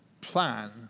plan